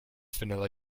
vanilla